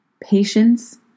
patience